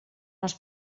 els